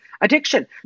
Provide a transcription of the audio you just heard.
addiction